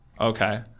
Okay